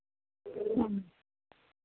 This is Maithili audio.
ह्म्म